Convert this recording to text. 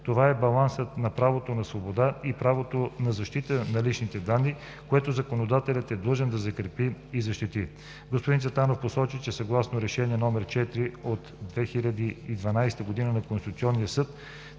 Това е балансът на правото на свобода и правото на защита на личните данни, което законодателят е длъжен да закрепи и защити. Господин Цветанов посочи, че съгласно Решение № 4 от 2012 г. на Конституционния съд